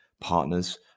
Partners